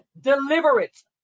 deliverance